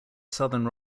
southern